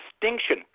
distinction